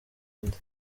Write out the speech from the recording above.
abandi